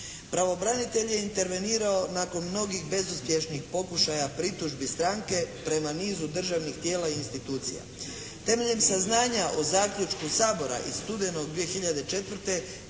Pravobranitelj je intervenirao nakon mnogih bezuspješnih pokušaja pritužbi stranke prema nizu državnih tijela i institucija. Temeljem saznanja o zaključku Sabora iz studenoga 2004.